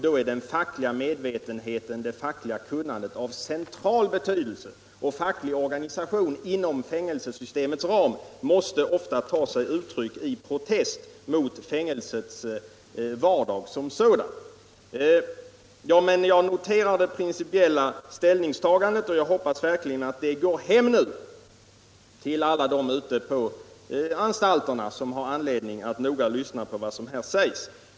Då är den fackliga medvetenheten, det fackliga kunnandet av central betydelse. Facklig organisation inom fängelsesystemets ram måste därför ta sig uttryck i protest mot fängelsets vardag som sådan. Jag noterar som sagt det principiella ställningstagandet, och jag hoppas verkligen att det går hem hos alla dem ute på anstalterna som har anledning att noga lyssna på vad som här sägs.